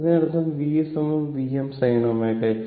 അതിനർത്ഥം v Vm sin ωt